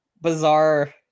bizarre